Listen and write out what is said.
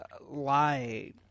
lie